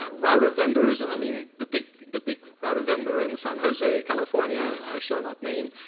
ah router vendors, and i mean the big the big router vendor in san jose california i shall not name,